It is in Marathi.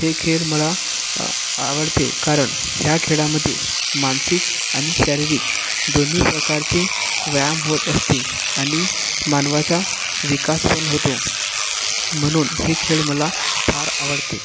हे खेळ मला आवडते कारण या खेळामध्ये मानसिक आणि शारीरिक दोन्ही प्रकारचे व्यायाम होत असते आणि मानवाचा विकास पण होतो म्हणून हे खेळ मला फार आवडते